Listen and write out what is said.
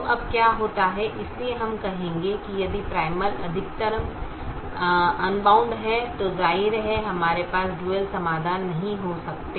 तो अब क्या होता है इसलिए हम कहेंगे कि यदि प्राइमल अधिकतमकरण अन्बाउन्ड है तो जाहिर है हमारे पास डुअल समाधान नहीं हो सकते